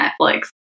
Netflix